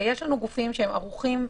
ויש לנו גופים שערוכים.